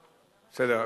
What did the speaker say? בסדר.